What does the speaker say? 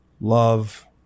love